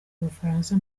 ubufaransa